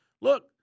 Look